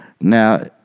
Now